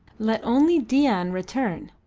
let only dain return!